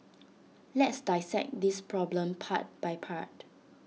let's dissect this problem part by part